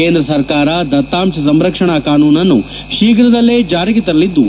ಕೇಂದ್ರ ಸರ್ಕಾರ ದತ್ತಾಂಶ ಸಂರಕ್ಷಣಾ ಕಾನೂನನ್ನು ಶೀಘ್ರದಲ್ಲೇ ಜಾರಿಗೆ ತರಲಿದ್ದು